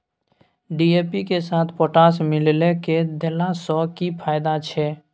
DAP के साथ potash मिललय के देला स की फायदा छैय?